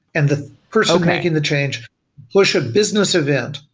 and the person making the change push a business event,